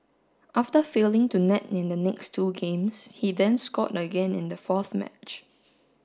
after failing to net in the next two games he then scored again in the fourth match